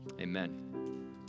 amen